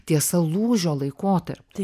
tiesa lūžio laikotarpį